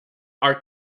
are